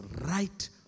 right